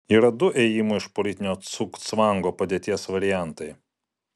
yra du ėjimų iš politinio cugcvango padėties variantai